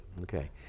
Okay